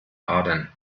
adern